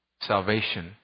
salvation